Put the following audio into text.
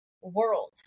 world